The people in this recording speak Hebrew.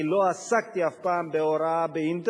כי לא עסקתי אף פעם בהוראה באינטרנט,